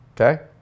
Okay